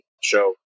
show